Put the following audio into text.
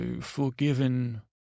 forgiven